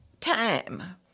time